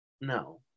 No